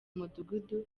mudugudu